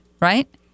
right